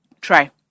try